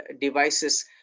devices